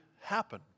happen